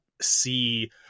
see